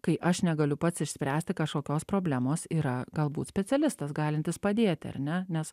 kai aš negaliu pats išspręsti kažkokios problemos yra galbūt specialistas galintis padėti ar ne nes